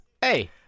Hey